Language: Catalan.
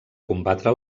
combatre